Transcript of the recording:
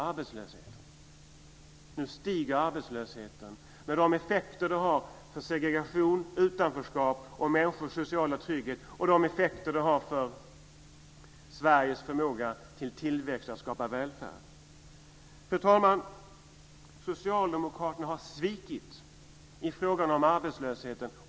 Dessutom stiger arbetslösheten nu, med de effekter som det har för segregation, utanförskap och människors sociala trygghet och med de effekter som det har för Sveriges förmåga till tillväxt, till att skapa välfärd. Fru talman! Socialdemokraterna har svikit i frågan om arbetslösheten.